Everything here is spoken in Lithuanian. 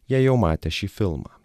jie jau matė šį filmą